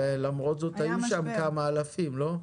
ולמרות זאת היו שם כמה אלפים, לא?